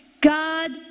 God